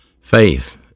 Faith